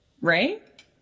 right